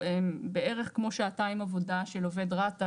בערך כמו שעתיים של עובד רת"א,